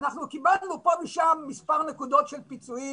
אנחנו קיבלנו פה ושם מספר נקודות של פיצויים,